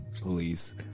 police